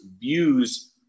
views